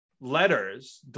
letters